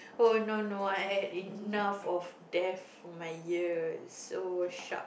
oh no no I had enough of death on my ear so sharp